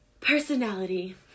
personality